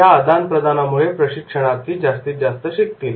या आदान प्रदान यामुळे प्रशिक्षणार्थी जास्तीत जास्त शिकतील